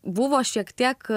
buvo šiek tiek